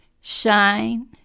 shine